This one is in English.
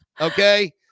Okay